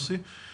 ח"כ טייב בבקשה.